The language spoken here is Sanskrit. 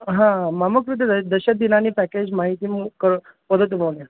हा मम कृते द दशदिनानि पेकेज् महितं क वदतु महोदय